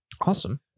Awesome